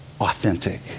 Authentic